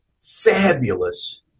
fabulous